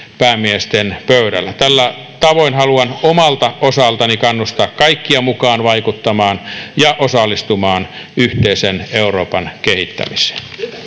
päämiesten pöydällä tällä tavoin haluan omalta osaltani kannustaa kaikkia mukaan vaikuttamaan ja osallistumaan yhteisen euroopan kehittämiseen